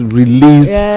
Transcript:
released